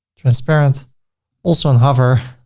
transparent also on hover.